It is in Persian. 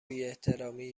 بیاحترامی